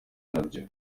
nabyo